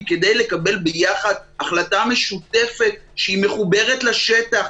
כדי לקבל ביחד החלטה משותפת שמחוברת לשטח,